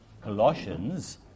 Colossians